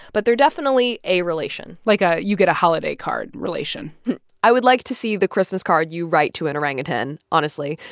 but they're definitely a relation like, a you-get-a-holiday-card relation i would like to see the christmas card you write to an orangutan, honestly.